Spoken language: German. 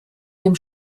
dem